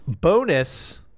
Bonus